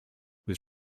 was